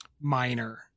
minor